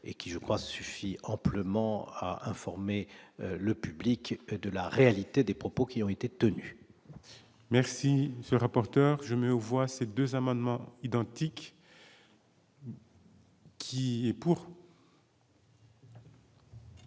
et qui je crois suffit amplement à informer le public que de la réalité des propos qui ont été tenus. Merci ce rapporteur je me vois ces 2 amendements identiques. Qui est pour.